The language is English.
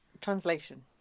Translation